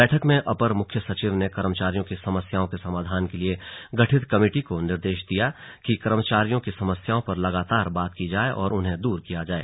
बैठक में अपर मुख्य सचिव ने कर्मचारियों की समस्याओं के समाधान के लिए गठित कमेटी को निर्देश दिये कि कर्मचारियों की समस्याओं पर लगातार बात की जाए और उन्हें दूर किया जाए